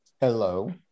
Hello